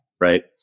right